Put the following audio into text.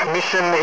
Mission